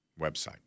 Website